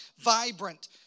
vibrant